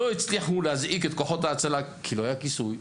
לא הצליחו להזעיק את כוחות ההצלה כי לא היה כיסוי,